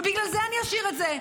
ובגלל זה אני אשאיר את זה,